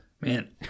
Man